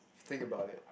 think about it